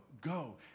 go